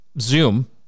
Zoom